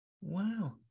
wow